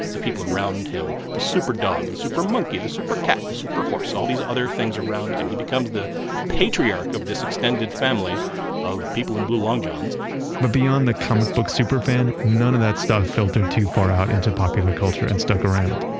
the people around him, the super dog, the super monkey, the super cat, the super horse, all these other things around him. he becomes the patriarch of this extended family of people in blue long johns but beyond the comic book superfan, none of that stuff filtered too far out into popular culture and stuck around.